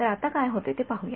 तर आता काय होते ते पाहूया